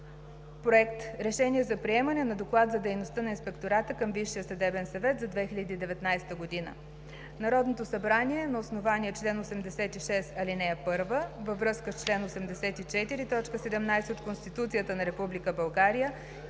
„Проект! РЕШЕНИЕ за приемане на Доклад за дейността на Инспектората към Висшия съдебен съвет за 2019 г. Народното събрание на основание на чл. 86, ал. 1 във връзка с чл. 84, т. 17 от Конституцията на